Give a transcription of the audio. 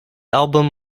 album